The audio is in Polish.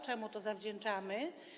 Czemu to zawdzięczamy?